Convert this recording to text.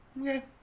Okay